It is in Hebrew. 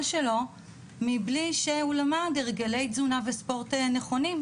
שלו מבלי שהוא למד הרגלי תזונה וספורט נכונים,